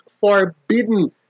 forbidden